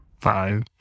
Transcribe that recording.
five